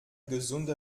gesunde